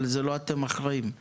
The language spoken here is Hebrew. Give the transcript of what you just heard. אבל לא אתם אחראיים על זה.